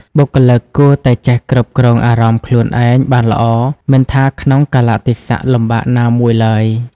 បុគ្គលិកគួរតែចេះគ្រប់គ្រងអារម្មណ៍ខ្លួនឯងបានល្អ មិនថាក្នុងកាលៈទេសៈលំបាកណាមួយឡើយ។